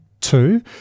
two